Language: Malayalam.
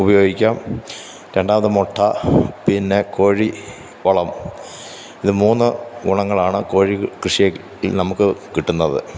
ഉപയോഗിക്കാം രണ്ടാമത് മുട്ട പിന്നെ കോഴി വളം ഇത് മൂന്ന് ഗുണങ്ങളാണ് കോഴി കൃഷിയില് നമുക്ക് കിട്ടുന്നത്